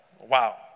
wow